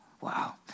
Wow